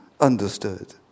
understood